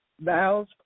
vows